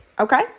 okay